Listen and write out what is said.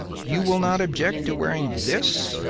you will not object to wearing this?